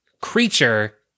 creature